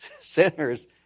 sinners